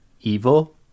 evil